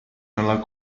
nella